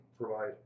provide